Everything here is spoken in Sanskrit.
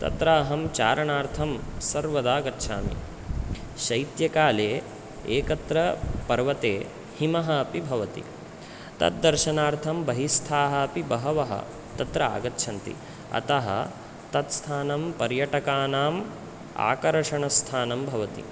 तत्र अहं चारणार्थं सर्वदा गच्छामि शैत्यकाले एकत्र पर्वते हिमः अपि भवति तद्दर्शनार्थं बहिस्थाः अपि बहवः तत्र आगच्छन्ति अतः तत्स्थानं पर्यटकानाम् आकर्षणस्थानं भवति